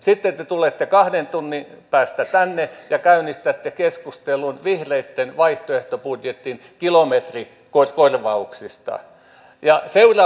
sitten te tulette kahden tunnin päästä tänne ja käynnistätte keskustelun vihreiden vaihtoehtobudjetin kilometrikorvauksista